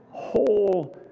whole